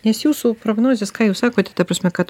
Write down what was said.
nes jūsų prognozės ką jūs sakote ta prasme kad